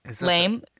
lame